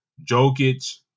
Jokic